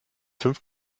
fünf